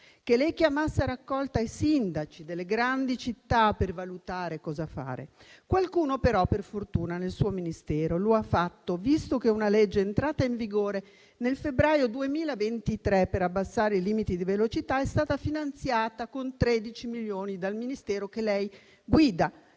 che lei chiamasse a raccolta i sindaci delle grandi città, per valutare cosa fare. Qualcuno però, per fortuna, nel suo Ministero lo ha fatto, visto che una legge, entrata in vigore nel febbraio 2023, per abbassare i limiti di velocità è stata finanziata con 13 milioni dal Ministero che lei guida.